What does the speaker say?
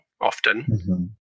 often